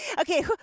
Okay